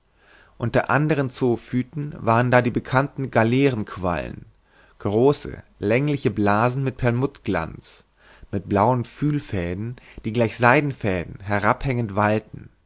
unter anderen zoophyten waren da die bekannten galeerenquallen große längliche blasen mit perlmutterglanz mit blauen fühlfäden die gleich seidenfäden herabhängend wallten